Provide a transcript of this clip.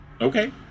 Okay